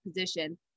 position